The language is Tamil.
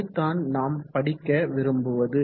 அதைத் தான் நாம் படிக்க விரும்புவது